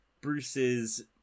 Bruce's